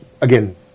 again